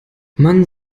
man